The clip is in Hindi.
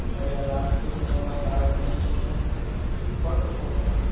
हो जाएगा आज इसको छोड़ो मत आज नहीं परसों छोड़ देना